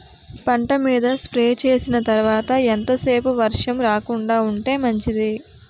పంట మీద స్ప్రే చేసిన తర్వాత ఎంత సేపు వర్షం రాకుండ ఉంటే మంచిది?